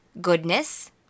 goodness